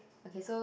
okay so